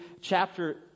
chapter